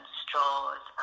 straws